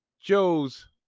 Joe's